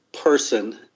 person